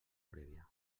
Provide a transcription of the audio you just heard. prèvia